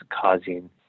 causing